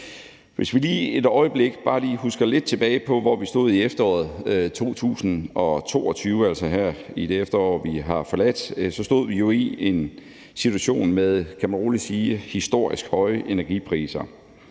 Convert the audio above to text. Hvis vi lige et øjeblik husker lidt tilbage på, hvor vi stod i efteråret 2022, altså i det efterår, vi har forladt, så stod vi jo i en situation med, kan man rolig sige, historisk høje energipriser.